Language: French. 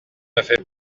fait